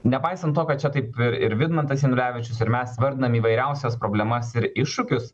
nepaisant to kad čia kaip ir ir vidmantas janulevičius ir mes vardinam įvairiausias problemas ir iššūkius